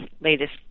latest